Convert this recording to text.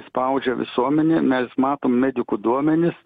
spaudžia visuomenė mes matom medikų duomenis